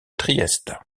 trieste